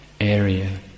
area